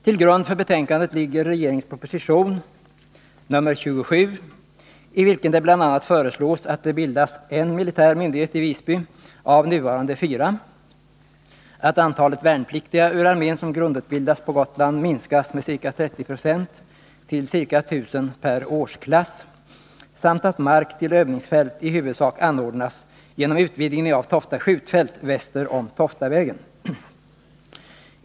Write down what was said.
Till grund för betänkandet ligger regeringens proposition nr 27 i vilken det bl.a. föreslås att det bildas en militär myndighet i Visby av nuvarande fyra, att antalet värnpliktiga ur armén som grundutbildas på Gotland minskas med ca 30 926 till ca 1000 per årsklass samt att mark till övningsfält i huvudsak anordnas genom utvidgning av Tofta skjutfält väster om Toftavägen.